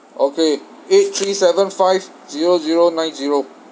okay eight three seven five zero zero nine zero